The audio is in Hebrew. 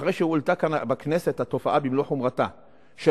אחרי שהועלתה כאן בכנסת במלוא חומרתה התופעה של